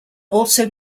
also